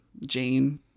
jane